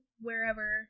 wherever